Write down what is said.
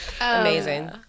Amazing